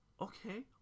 okay